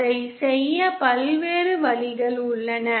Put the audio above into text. அதைச் செய்ய பல்வேறு வழிகள் உள்ளன